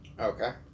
Okay